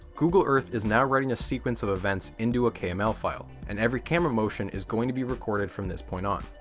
google earth is now writing a sequence of events into a kml file, and everything camera motion is going to be recorded from this point on.